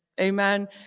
Amen